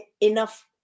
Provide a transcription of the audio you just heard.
enough